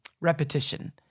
repetition